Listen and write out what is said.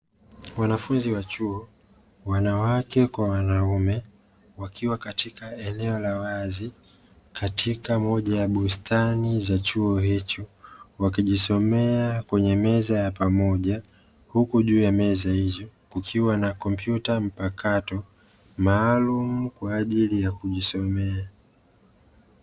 Wanafunzi wa chuo wanawake kwa wanaume wakiwa katika eneo la wazi katika moja ya bustani ya chuo hicho, wakijisomea kwenye meza ya pamoja huku juu ya meza hizo kukiwa na kompyuta mpakato maalumu kwa ajili ya kujisomea.